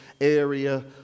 area